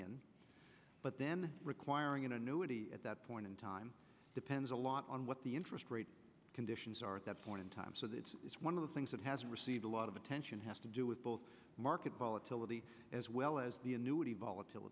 in but then requiring an annuity at that point in time depends a lot on what the interest rate conditions are at that point in time so that is one of the things that has received a lot of attention has to do with both market volatility as well as the annuity vol